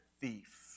thief